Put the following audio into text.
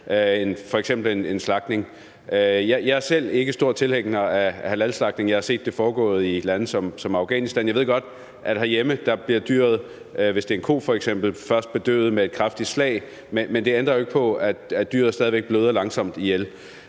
en slagtning. Jeg er selv ikke stor tilhænger af halalslagtning, jeg har set det foregå i lande som Afghanistan, og jeg ved godt, at dyret herhjemme, hvis det f.eks. er en ko, først bliver behøvet med et kraftigt slag, men det ændrer jo ikke på, at dyret stadig væk bløder langsomt ihjel.